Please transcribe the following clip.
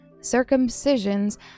Circumcisions